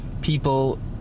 people